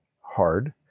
hard